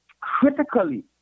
critically